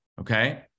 Okay